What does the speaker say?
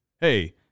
Hey